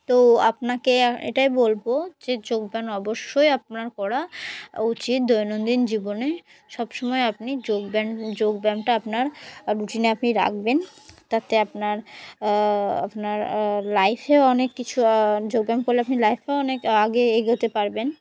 তো আপনাকে এটাই বলবো যে যোগব্যায়াম অবশ্যই আপনার করা উচিত দৈনন্দিন জীবনে সবসময় আপনি যোগব্যায়াম যোগব্যায়ামটা আপনার রুটিনে আপনি রাখবেন তাতে আপনার আপনার লাইফেও অনেক কিছু যোগব্যায়াম করলে আপনি লাইফেও অনেক আগে এগোতে পারবেন